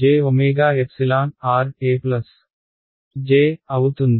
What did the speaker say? jojE J అవుతుంది